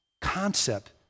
concept